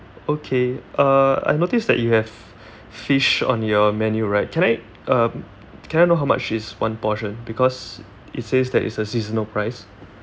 okay uh I noticed that you have fish on your menu right can I uh can I know how much is one portion because it says that is a seasonal price